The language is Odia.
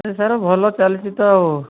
ସାରେ ଭଲ ଚାଲିଚି ତ ଆଉ